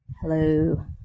hello